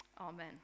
Amen